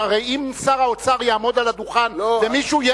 הרי אם שר האוצר יעמוד על הדוכן ומישהו רק